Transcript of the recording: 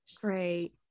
Great